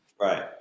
Right